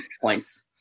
points